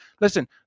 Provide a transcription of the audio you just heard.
listen